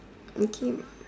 okay